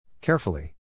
Carefully